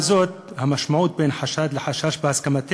זו את המשמעות של ההבדל בין חשד לחשש בהסכמתנו.